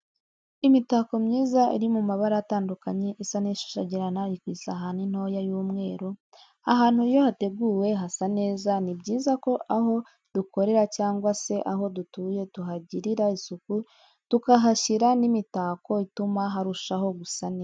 Imitako myiza iri mu mabara atanduka isa n'ishashagirana iri kw'isahani ntoya y'umweru, ahantu iyo hateguye hasa neza, ni byiza ko aho dukorera cyangwa se aho dutuye tuhagirira isuku tukahashyira n' imitako ituma harushaho gusa neza.